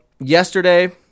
yesterday